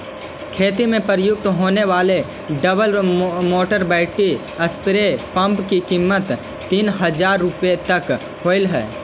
खेती में प्रयुक्त होने वाले double motor battery spray pump की कीमत तीन हज़ार रुपया तक होवअ हई